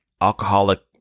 alcoholic